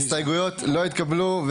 ההסתייגויות לא התקבלו.